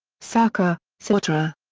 sarkar, sahotra.